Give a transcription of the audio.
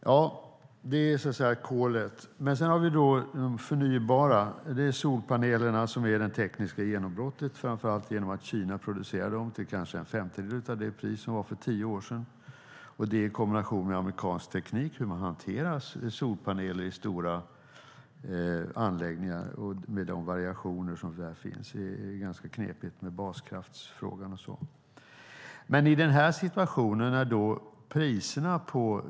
När det gäller det förnybara är det solpanelerna som är det tekniska genombrottet, framför allt för att Kina producerar dem till kanske en femtedel av det pris som var för tio år sedan. Det i kombination med amerikansk teknik för hur man hanterar solpaneler i stora anläggningar med de variationer som finns är ganska knepigt med baskraftsfrågan och så.